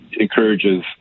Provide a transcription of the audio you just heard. encourages